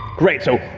great, so,